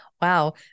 Wow